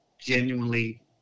genuinely